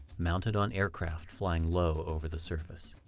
mounted on aircraft flying low over the surface.